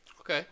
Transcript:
Okay